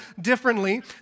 differently